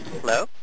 Hello